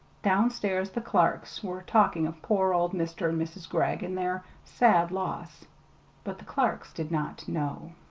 downstairs the clarks were talking of poor old mr. and mrs. gregg and their sad loss but the clarks did not know.